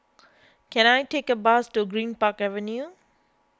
can I take a bus to Greenpark Avenue